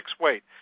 weight